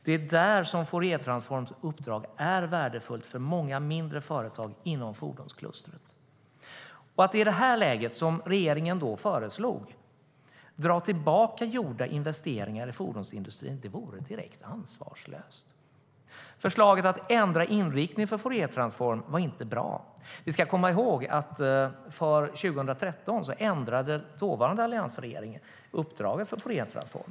Det är där som Fouriertransforms uppdrag är värdefullt för många mindre företag inom fordonsklustret. Att i det här läget, som regeringen föreslog, dra tillbaka gjorda investeringar i fordonsindustrin vore direkt ansvarslöst. Förslaget att ändra inriktning för Fouriertransform var inte bra. Vi ska komma ihåg att för 2013 ändrade dåvarande alliansregeringen uppdraget för Fouriertransform.